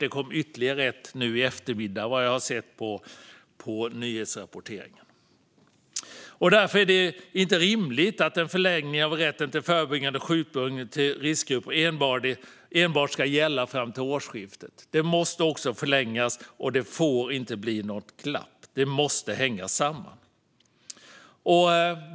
Det kom ytterligare ett nu i eftermiddag, har jag sett på nyhetsrapporteringen. Därför är det inte rimligt att en förlängning av rätten till förebyggande sjukpenning till riskgrupper enbart ska gälla fram till årsskiftet. Den måste förlängas, och det får inte bli något glapp. Det måste hänga samman.